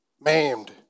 maimed